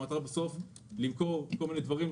המטרה בסוף היא למכור כל מיני דברים,